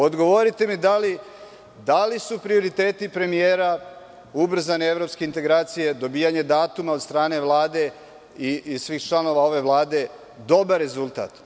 Odgovorite mi da li su prioriteti premijera ubrzane evropske integracije, dobijanje datuma od strane Vlade i svih članova ove vlade, dobar rezultat.